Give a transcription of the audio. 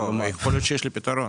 יכול להיות שיש לי פתרון,